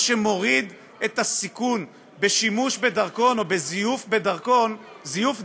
מה שמוריד את הסיכון של שימוש בדרכון או זיוף דרכון,